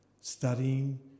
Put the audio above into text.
studying